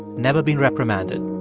never been reprimanded.